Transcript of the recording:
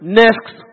next